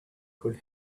could